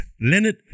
Leonard